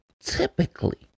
typically